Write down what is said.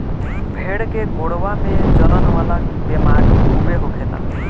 भेड़ के गोड़वा में जलन वाला बेमारी खूबे होखेला